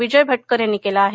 विजय भटकर यांनी केलं आहे